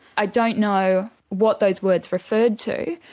i don't know what those words referred to,